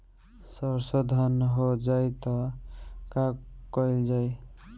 सरसो धन हो जाई त का कयील जाई?